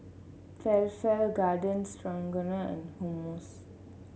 Falafel Garden and Hummus